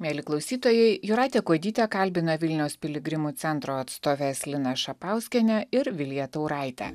mieli klausytojai jūratė kuodytė kalbina vilniaus piligrimų centro atstoves liną šapauskienę ir viliją tauraitę